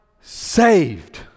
saved